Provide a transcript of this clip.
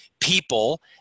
people